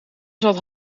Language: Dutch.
zat